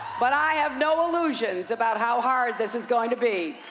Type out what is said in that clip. but i have no illusions about how hard this is going to be.